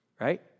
right